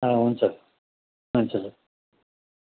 अँ हुन्छ हुन्छ